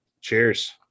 Cheers